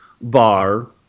bar